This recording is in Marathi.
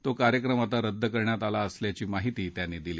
तो कार्यक्रम आता रद्द करण्यात आला असल्याची माहिती त्यांनी दिली